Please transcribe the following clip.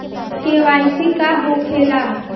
KYC का होखेला?